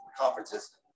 conferences